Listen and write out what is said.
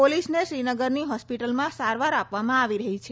પોલીસને શ્રીનગરની હોસ્પિટલમાં સારવાર આપવામાં આવી રહી છે